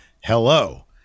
hello